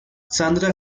sandra